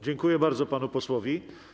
Dziękuję bardzo panu posłowi.